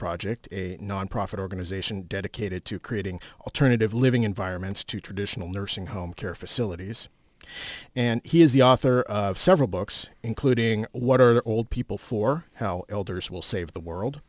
project a nonprofit organization dedicated to creating alternative living environments to traditional nursing home care facilities and he is the author of several books including what are the old people for how elders will save the world